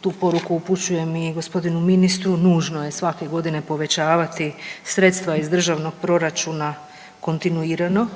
tu poruku upućujem i gospodinu ministru nužno je svake godine povećavati sredstva iz državnog proračuna kontinuirano.